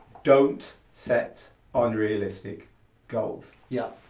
don't set unrealistic goals. yeah,